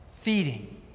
feeding